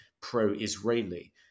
pro-Israeli